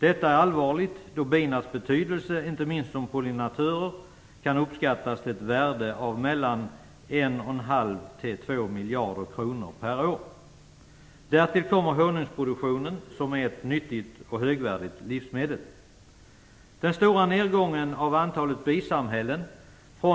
Detta är allvarligt då binas betydelse inte minst som pollinatörer kan uppskattas till ett värde av 1,5-2 miljarder kronor per år. Därtill kommer honungsproduktionen som ger ett nyttigt och högvärdigt livsmedel.